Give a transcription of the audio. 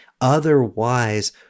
Otherwise